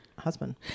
husband